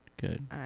Good